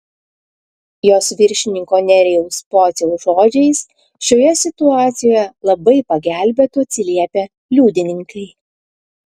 jos viršininko nerijaus pociaus žodžiais šioje situacijoje labai pagelbėtų atsiliepę liudininkai